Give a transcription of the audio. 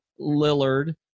Lillard